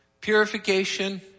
Purification